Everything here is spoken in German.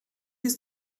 ist